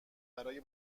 برای